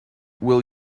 will